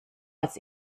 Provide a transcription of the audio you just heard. als